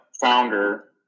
founder